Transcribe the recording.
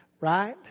Right